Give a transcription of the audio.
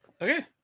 Okay